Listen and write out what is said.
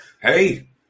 Hey